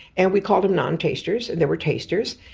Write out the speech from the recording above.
and we called them non-tasters, and there were tasters.